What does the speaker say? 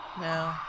No